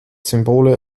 symbole